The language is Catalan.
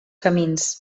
camins